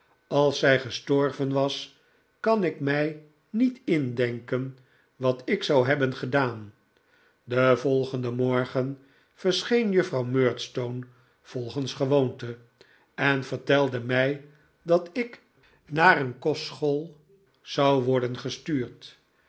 als zij gestorven was kan ik mij niet indenken wat ik zou hebben gedaan den volgenden morgen verscheen juffrouw murdstone volgens gewoonte en vertelde mij dat ik naar een kostschool zou worden gestuurd